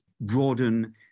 broaden